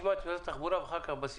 נשמע את משרד התחבורה ואחר כך בסיכום.